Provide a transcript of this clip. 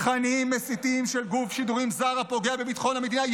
תכנים מסיתים של גוף שידורים זר הפוגע בביטחון המדינה,